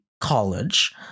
college